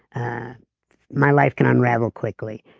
ah my life can unravel quickly.